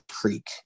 creek